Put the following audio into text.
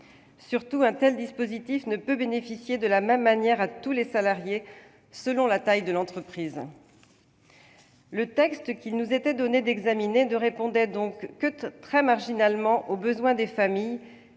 Surtout, un tel dispositif ne peut bénéficier de la même manière à tous les salariés, selon la taille de leur entreprise. Le texte qu'il nous était donné d'examiner ne répondait donc que très marginalement aux besoins des familles